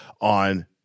on